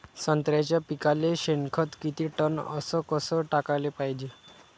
संत्र्याच्या पिकाले शेनखत किती टन अस कस टाकाले पायजे?